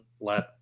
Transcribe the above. let